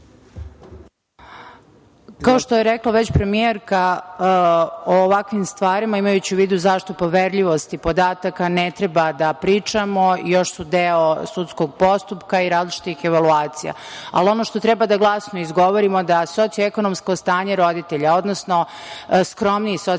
Kao što je rekla premijerka, imajući u vidu zaštitu poverljivosti podataka, ne treba da pričamo, još su deo sudskog postupka i različitih evaluacija, ali, ono što treba da glasno izgovorimo, da socijalno ekonomsko stanje roditelja, odnosno skromniji ekonomski